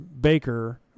baker